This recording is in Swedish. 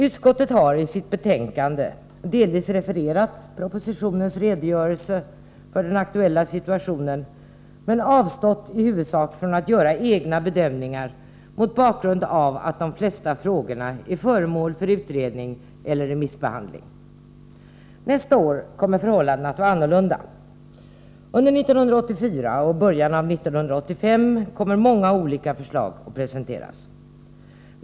Utskottet har i sitt betänkande delvis refererat propositionens redogörelse för den aktuella situationen men i huvudsak avstått från att göra egna bedömningar, mot bakgrund av att de flesta frågorna är föremål för utredning eller remissbehandling. Nästa år kommer förhållandena att vara annorlunda. Under 1984 och början av 1985 kommer många olika förslag att presenteras.